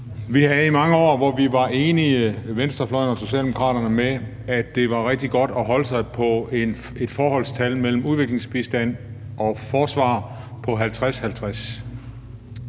Vi havde mange år, hvor venstrefløjen og Socialdemokraterne var enige om, at det var rigtig godt at holde sig på et forholdstal mellem udviklingsbistand og forsvar på 50-50.